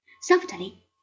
Softly